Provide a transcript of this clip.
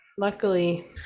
luckily